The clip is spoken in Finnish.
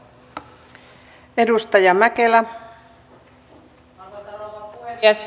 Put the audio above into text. arvoisa rouva puhemies